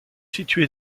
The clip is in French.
situé